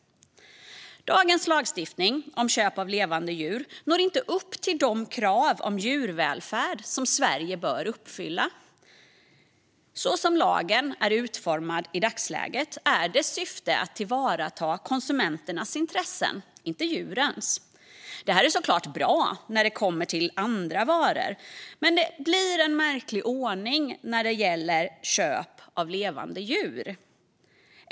Dagens lagstiftning om köp av levande djur når inte upp till de krav om djurvälfärd som Sverige bör uppfylla. Så som lagen är utformad i dagsläget är dess syfte att tillvarata konsumenternas intressen, inte djurens. Detta är såklart bra när det kommer till andra varor, men det blir en märklig ordning när det gäller köp av levande djur.